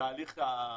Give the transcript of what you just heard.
ותהליך